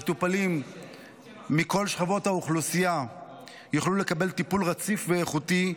מטופלים מכל שכבות האוכלוסייה יוכלו לקבל טיפול רציף ואיכותי,